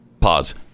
Pause